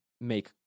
make